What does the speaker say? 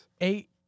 eight